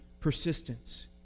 Persistence